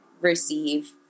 receive